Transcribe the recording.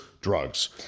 drugs